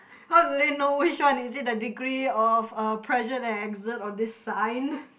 how do they know which one is it the degree of uh pressure to exert on this sign